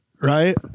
right